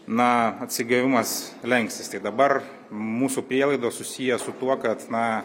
na atsigavimas lenksis tai dabar mūsų prielaidos susiję su tuo kad na